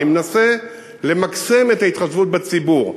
אני מנסה למקסם את ההתחשבות בציבור.